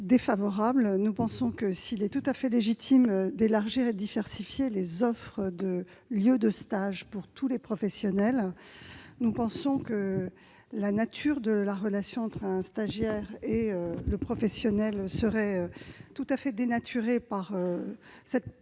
Gouvernement ? S'il est tout à fait légitime d'élargir et de diversifier les offres de lieux de stage pour tous les professionnels, la nature de la relation entre un stagiaire et le professionnel serait tout à fait dénaturée par une telle possibilité